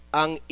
ang